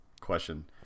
question